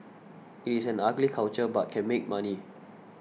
it is an ugly culture but can make money